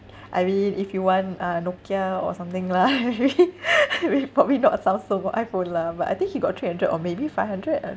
I mean if you want uh nokia or something lah probably not a samsung or iphone lah but I think he got three hundred or maybe five hundred I